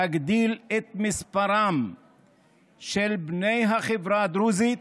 להגדיל את מספרם של בני החברה הדרוזית